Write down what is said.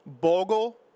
Bogle